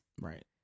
Right